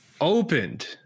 Opened